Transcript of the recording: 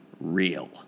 real